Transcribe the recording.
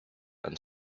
and